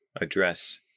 address